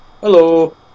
hello